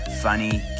funny